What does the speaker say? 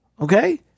Okay